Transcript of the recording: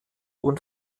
und